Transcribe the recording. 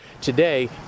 Today